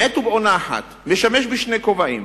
בעת ובעונה אחת, משמש בשני כובעים?